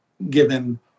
given